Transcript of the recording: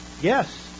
Yes